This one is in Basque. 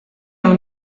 hau